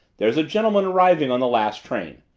there's a gentleman arriving on the last train.